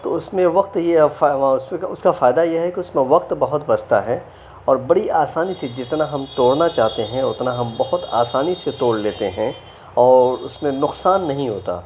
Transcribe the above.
تو اُس میں وقت یہ اُس كا فائدہ یہ ہے كہ اُس میں وقت بہت بچتا ہے اور بڑی آسانی سے جتنا ہم توڑنا چاہتے ہیں اتنا ہم بہت آسانی سے توڑ لیتے ہیں اور اُس میں نقصان نہیں ہوتا